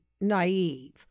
naive